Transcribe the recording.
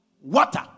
water